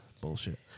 bullshit